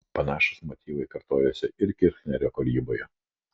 panašūs motyvai kartojosi ir kirchnerio kūryboje